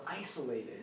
isolated